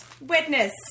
witness